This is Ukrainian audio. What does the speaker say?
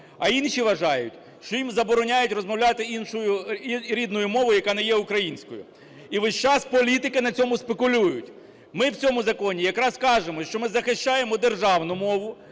А інші вважають, що їм забороняють розмовляти рідною мовою, яка не є українською. І весь час політики на цьому спекулюють. Ми в цьому законі якраз кажемо, що ми захищаємо державну мову,